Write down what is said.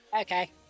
okay